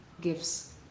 gifts